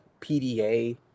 PDA